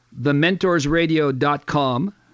Thementorsradio.com